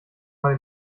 mal